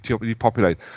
depopulate